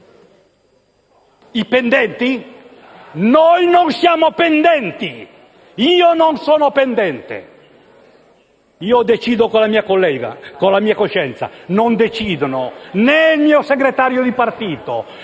Invece noi non siamo pendenti! Io non sono pendente! Io decido con la mia coscienza. Per me non decidono né il mio segretario di partito,